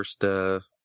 first